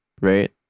right